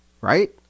Right